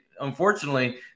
unfortunately